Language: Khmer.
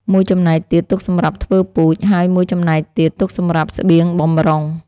មួយចំណែកទៀតទុកសម្រាប់ធ្វើពូជ ហើយមួយចំណែកទៀតទុកសម្រាប់ស្បៀងបម្រុង។